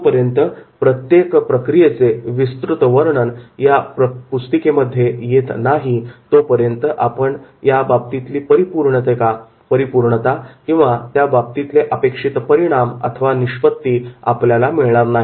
जोपर्यंत प्रत्येक प्रक्रियेचे विस्तृतवर्णन या पुस्तिकेमध्ये येत नाही तोपर्यंत आपण त्या बाबतीतली परिपूर्णता किंवा त्या बाबतीतले अपेक्षित परिणाम निष्पत्ती आपल्याला मिळणार नाही